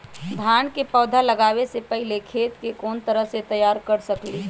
धान के पौधा लगाबे से पहिले खेत के कोन तरह से तैयार कर सकली ह?